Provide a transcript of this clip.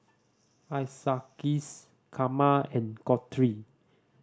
Isaias Karma and Guthrie